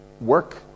Work